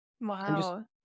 Wow